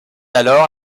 alors